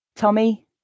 Tommy